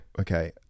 Okay